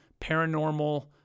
paranormal